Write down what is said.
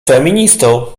feministą